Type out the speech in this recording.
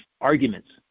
arguments